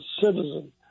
citizen